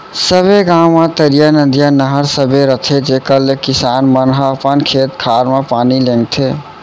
सबे गॉंव म तरिया, नदिया, नहर सबे रथे जेकर ले किसान मन ह अपन खेत खार म पानी लेगथें